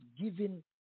giving